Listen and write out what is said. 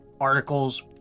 articles